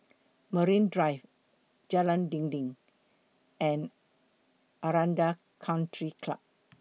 Marine Drive Jalan Dinding and Aranda Country Club